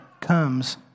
comes